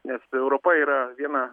nes europa yra viena